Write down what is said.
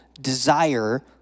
desire